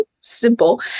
simple